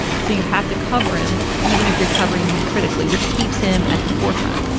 so you have to cover him even if you're covering him critically, which keeps him at the forefront